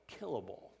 killable